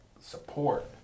support